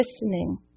listening